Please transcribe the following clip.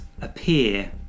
appear